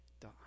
die